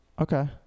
Okay